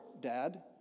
Dad